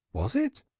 was it?